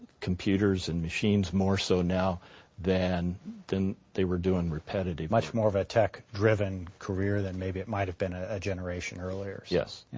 computers and machines more so now than than they were doing repetitive work. much more of a tech-driven career than maybe it might have been ah a generation earlier. yes. yeah